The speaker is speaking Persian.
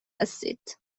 هستید